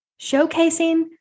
showcasing